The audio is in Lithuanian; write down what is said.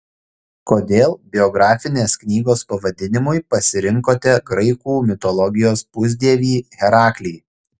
kodėl biografinės knygos pavadinimui pasirinkote graikų mitologijos pusdievį heraklį